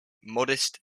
modest